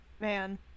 man